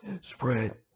spread